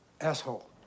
asshole